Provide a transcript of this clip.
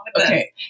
Okay